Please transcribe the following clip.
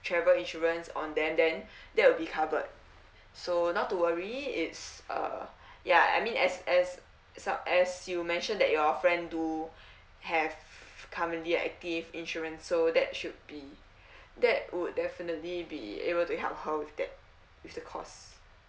travel insurance on them then that will be covered so not to worry it's uh ya I mean as as as you mentioned that your friend do have currently active insurance so that should be that would definitely be able to help her with that with the cost